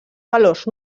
valors